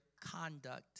conduct